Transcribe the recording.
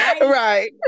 Right